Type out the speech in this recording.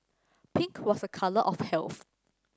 pink was a colour of health